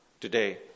today